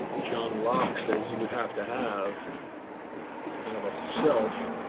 john locke says you would have to have to have a self